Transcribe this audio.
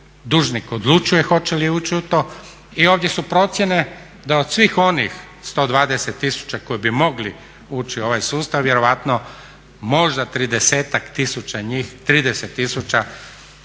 dužnik odlučuje hoće li uči u to i ovdje su procjene da od svih onih 120 tisuća koji bi mogli ući u ovaj sustav vjerojatno možda tridesetak